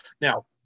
Now